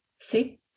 See